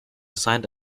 assigned